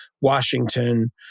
Washington